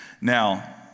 Now